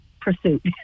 pursuit